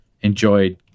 enjoyed